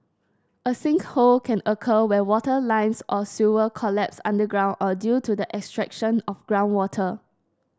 a sinkhole can occur when water lines or sewer collapses underground or due to the extraction of groundwater